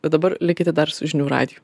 bet dabar likite dar su žinių radiju